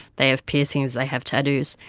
they have piercings, they have tattoos.